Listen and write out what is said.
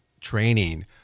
training